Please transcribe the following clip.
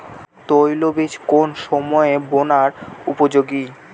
তৈলবীজ কোন সময়ে বোনার উপযোগী?